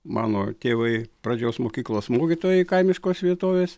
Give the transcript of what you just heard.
mano tėvai pradžios mokyklos mokytojai kaimiškos vietovės